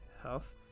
health